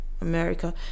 America